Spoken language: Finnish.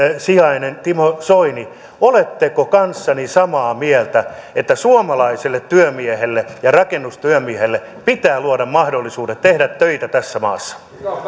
sijainen timo soini oletteko kanssani samaa mieltä että suomalaiselle työmiehelle ja rakennustyömiehelle pitää luoda mahdollisuudet tehtä töitä tässä maassa